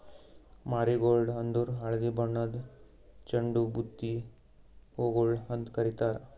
marigold ಅಂದುರ್ ಹಳದಿ ಬಣ್ಣದ್ ಚಂಡು ಬುತ್ತಿ ಹೂಗೊಳ್ ಅಂತ್ ಕಾರಿತಾರ್